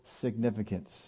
significance